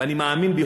אני מאמין בזה,